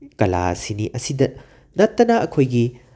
ꯀꯂꯥ ꯑꯁꯤꯅꯤ ꯑꯁꯤꯗ ꯅꯠꯇꯅ ꯑꯩꯈꯣꯏꯒꯤ